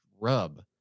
rub